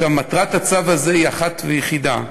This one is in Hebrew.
מטרת הצו הזה היא אחת ויחידה,